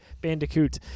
Bandicoot